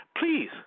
please